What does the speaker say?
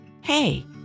Hey